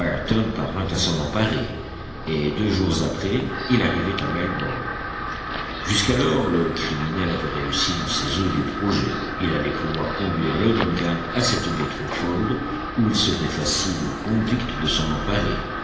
ayrton parvint à s'en emparer et deux jours après il arrivait à melbourne jusqu'alors le criminel avait réussi dans ses odieux projets il allait pouvoir conduire le duncan à cette baie twofold où il serait facile aux convicts de s'en emparer